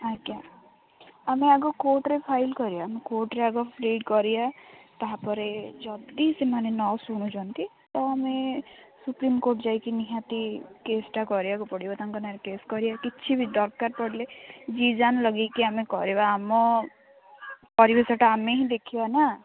ଆଜ୍ଞା ଆମେ ଆଗ କୋର୍ଟରେ ଫାଇଲ୍ କରିବା ଆମେ କୋର୍ଟରେ ଆଗ ଫାଇଟ୍ କରିବା ତା'ପରେ ଯଦି ସେମାନେ ନ ଶୁଣୁଛନ୍ତି ତ ଆମେ ସୁପ୍ରିମ କୋର୍ଟ ଯାଇକି ନିହାତି କେସ୍ଟା କରିବାକୁ ପଡ଼ିବ ତାଙ୍କ ନାଁରେ କେସ୍ କରିବା କିଛି ବି ଦରକାର ପଡ଼ିଲେ ଜିଜାନ୍ ଲଗାଇକି ଆମେ କରିବା ଆମ ପରିବେଶଟା ଆମେ ହିଁ ଦେଖିବା ନା